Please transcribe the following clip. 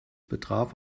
betraf